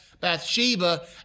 Bathsheba